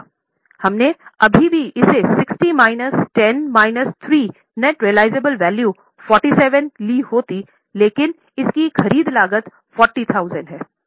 हमने अभी भी इस 60 minus 10 minus 3 net realisable value 47 होगी लेकिन इसकी ख़रीद लागत 40 है